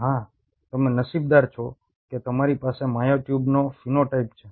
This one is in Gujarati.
હા તમે નસીબદાર છો કે તમારી પાસે મ્યોટ્યુબનો ફિનોટાઇપ છે